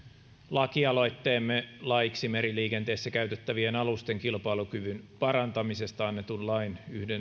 laki aloitteemme laiksi meriliikenteessä käytettävien alusten kilpailukyvyn parantamisesta annetun lain